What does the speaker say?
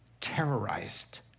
terrorized